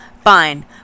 Fine